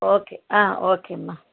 okay okay అమ్మ